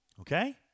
Okay